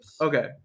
okay